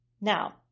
now